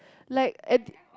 like and